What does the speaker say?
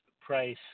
Price